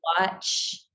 watch